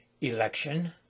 election